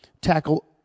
tackle